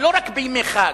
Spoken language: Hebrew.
לא רק בימי חג,